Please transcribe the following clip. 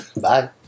Bye